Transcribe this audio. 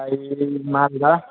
आ ई मालदह